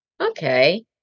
Okay